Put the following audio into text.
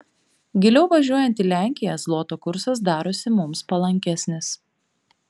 giliau važiuojant į lenkiją zloto kursas darosi mums palankesnis